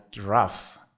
rough